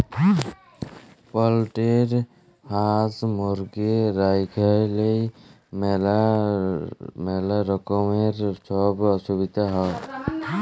poultry হাঁস, মুরগি রাইখলেই ম্যালা রকমের ছব অসুবিধা হ্যয়